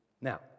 Now